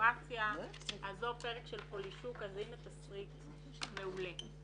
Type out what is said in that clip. הסיטואציה הזו פרק של פולישוק, הנה תסריט מעולה.